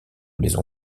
maison